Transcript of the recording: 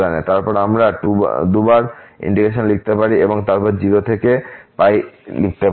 এবং তারপর আমরা 2 বার ইন্টিগ্রেশন লিখতে পারি এবং তারপর 0 থেকে লিখতে পারি